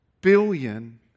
billion